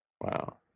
Wow